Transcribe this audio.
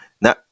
Now